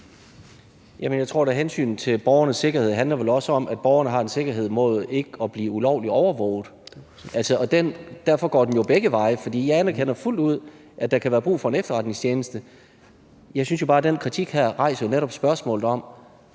Jeg tror da, at hensynet til borgernes sikkerhed vel også handler om, at borgerne har en sikkerhed imod at blive ulovligt overvåget. Derfor går den begge veje. Jeg anerkender fuldt ud, at der kan være brug for en efterretningstjeneste, men jeg synes jo netop bare, at den kritik her rejser spørgsmålet om,